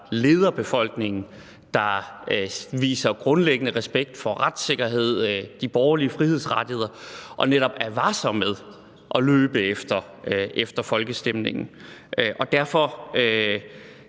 leder befolkningen, der viser grundlæggende respekt for retssikkerhed og de borgerlige frihedsrettigheder og netop er varsomme med at løbe efter folkestemningen. Derfor